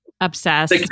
obsessed